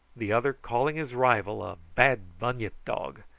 the other calling his rival a bad bunyip dog,